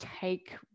take